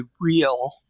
real